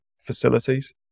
facilities